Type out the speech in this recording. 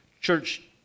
church